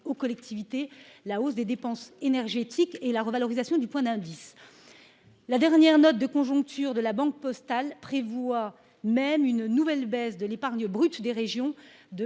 partiellement la hausse des dépenses énergétiques et la revalorisation du point d’indice. La dernière note de conjoncture de la Banque postale prévoit même une nouvelle baisse de l’épargne brute des régions,